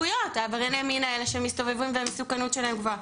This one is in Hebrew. עברייני המין האלה שמסתובבים והמסוכנות שלהם גבוהה,